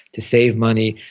to save money,